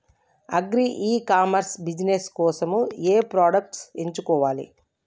Agri e commerce business కోసము ఏ products ఎంచుకోవాలి?